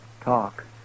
talk